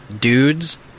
dudes